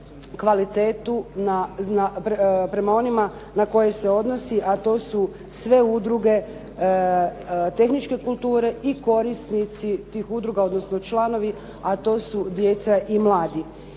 kvalitetu prema onima na koje se odnosi, a to su sve udruge tehničke kulture i korisnici tih udruga, odnosno članovi, a to su djeca i mladi.